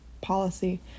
policy